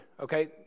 okay